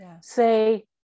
say